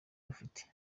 rufite